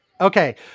Okay